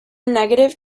negative